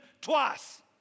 twice